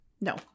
No